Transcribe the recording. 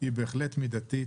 היא בהחלט מידנתית.